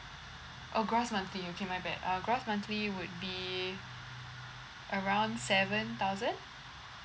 oh gross monthly okay my bad uh gross monthly would be around seven thousand